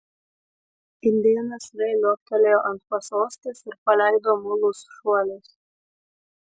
indėnas vėl liuoktelėjo ant pasostės ir paleido mulus šuoliais